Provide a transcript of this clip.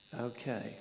Okay